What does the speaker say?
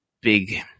big